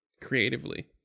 creatively